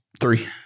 Three